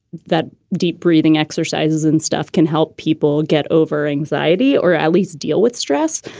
that deep breathing exercises and stuff can help people get over anxiety or at least deal with stress.